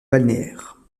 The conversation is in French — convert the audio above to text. balnéaire